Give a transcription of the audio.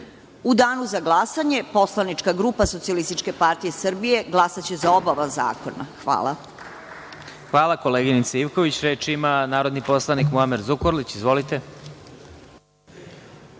Danu za glasanje Poslanička grupa Socijalističke partije Srbije glasaće za oba ova zakona. Hvala. **Vladimir Marinković** Hvala, koleginice Ivković. Reč ima narodni poslanik Muamer Zukorlić. Izvolite.